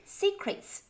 ，secrets